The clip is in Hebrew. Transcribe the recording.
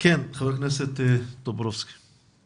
חבר הכנסת טופורובסקי, בבקשה.